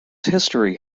history